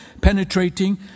penetrating